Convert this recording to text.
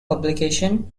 publication